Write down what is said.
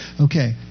Okay